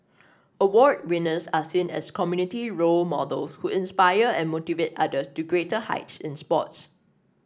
award winners are seen as community role models who inspire and motivate others to greater heights in sports